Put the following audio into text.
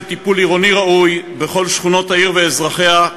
של טיפול עירוני ראוי בכל שכונות העיר ואזרחיה,